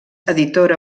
editora